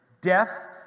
death